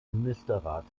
ministerrat